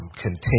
continue